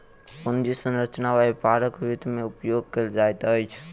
पूंजी संरचना व्यापारक वित्त में उपयोग कयल जाइत अछि